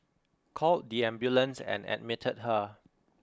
called the ambulance and admitted her